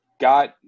got